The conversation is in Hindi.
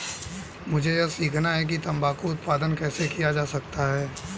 मुझे यह सीखना है कि तंबाकू उत्पादन कैसे किया जा सकता है?